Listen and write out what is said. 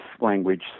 language